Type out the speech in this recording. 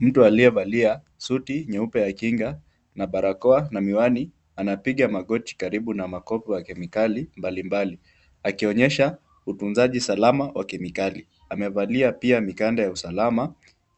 Mtu aliyevalia suti nyeupe ya kinga na barakoa na miwani, anapiga magoti karibu na makopo ya kemikali mbalimbali akionyesha utunzaji salama wa kemikali. Amevalia pia mikanda ya usalama